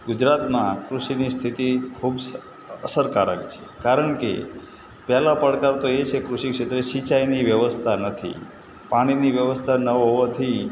ગુજરાતમાં કૃષિની સ્થિતિ ખૂબ અસરકારક છે કારણ કે પહેલો પડકાર તો એ છે કૃષિ ક્ષેત્રે સિંચાઈની વ્યવસ્થા નથી પાણીની વ્યવસ્થા ન હોવાથી